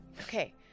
Okay